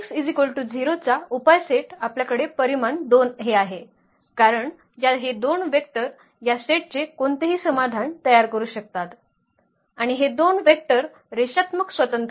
तर Ax 0 चा उपाय सेट आपल्याकडे परिमाण 2 हे आहे कारण या हे दोन वेक्टर या सेटचे कोणतेही समाधान तयार करू शकतात आणि हे दोन वेक्टर रेषात्मक स्वतंत्र आहेत